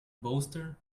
bolster